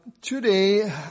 today